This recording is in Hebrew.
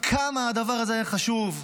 כמה הדבר הזה היה חשוב להוריי,